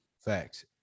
Facts